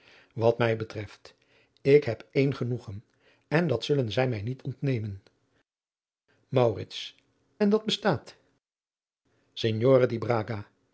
wat mij betreft ik heb één genoegen en dat zullen zij mij niet ligt ontnemen maurits en dat bestaat